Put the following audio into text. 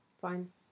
Fine